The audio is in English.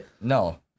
no